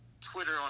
Twitter